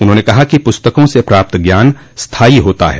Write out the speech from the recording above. उन्होंने कहा कि पूस्तकों से प्राप्त ज्ञान स्थायी होता है